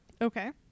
okay